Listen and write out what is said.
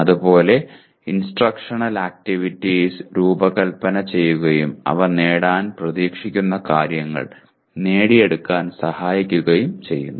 അതുപോലെ instructional activities രൂപകൽപ്പന ചെയ്യുകയും അവ നേടാൻ പ്രതീക്ഷിക്കുന്ന കാര്യങ്ങൾ നേടിയെടുക്കാൻ സഹായിക്കുകയും ചെയ്യുന്നു